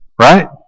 Right